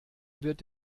wird